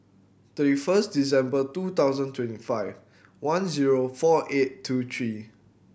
thirty first December two thousand and twenty five one zero four eight two three